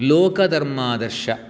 लोकधर्मादर्श